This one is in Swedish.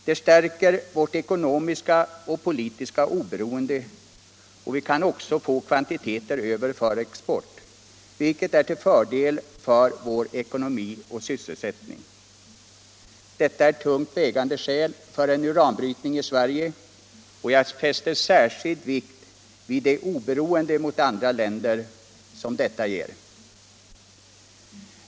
Det stärker vårt ekonomiska och politiska oberoende, och vi kan också få kvantiteter över för export, vilket är till fördel för vår ekonomi och vår sysselsättning. Detta är tungt vägande skäl för uranbrytning i Sverige, och jag fäster särskild vikt vid det oberoende gentemot andra länder som detta medför.